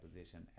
position